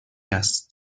است